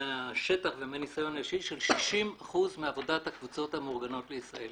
מהשטח ומהניסיון האישי של 60% מעבודת הקבוצות המאורגנות לישראל,